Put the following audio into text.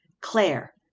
Claire